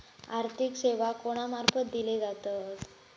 आर्थिक सेवा कोणा मार्फत दिले जातत?